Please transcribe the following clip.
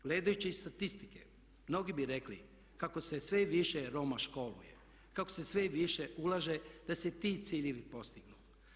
Gledajući statistike mnogi bi rekli kako se sve više Roma školuje, kako se sve više ulaže da se ti ciljevi postignu.